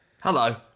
Hello